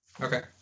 Okay